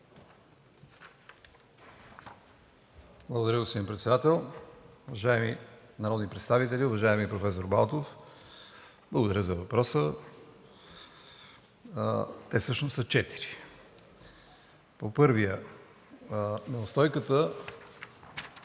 Благодаря, господин Председател. Уважаеми народни представители! Уважаеми професор Балтов, благодаря за въпроса. Те всъщност са четири. По първия. Неустойката